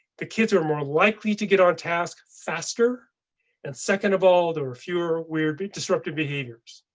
the kids are more likely to get on task. faster and second of all, the were fewer weird disruptive behaviors,